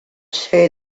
say